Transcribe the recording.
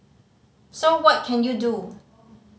so what can you do